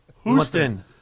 Houston